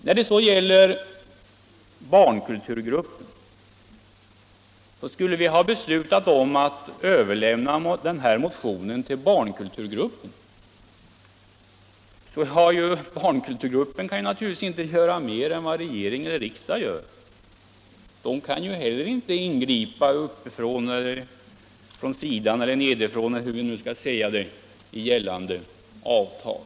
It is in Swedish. När det så gäller yrkandet att vi skulle överlämna den här motionen till barnkulturgruppen kan jag säga följande: Barnkulturgruppen kan na = Nr 13 turligtvis inte göra mer än regering eller riksdag gör. Den kan inte heller ingripa uppifrån, nedifrån eller från sidan — eller hur vi nu skall uttrycka det — i gällande avtal.